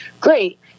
great